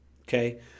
Okay